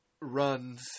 runs